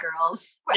girls